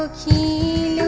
he